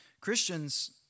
Christians